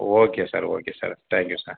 okay sir okay sir thank you sir